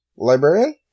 Librarian